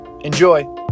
Enjoy